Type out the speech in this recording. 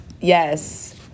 Yes